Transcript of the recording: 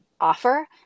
offer